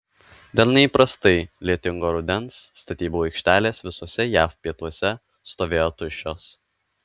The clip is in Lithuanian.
dėl neįprastai lietingo rudens statybų aikštelės visuose jav pietuose stovėjo tuščios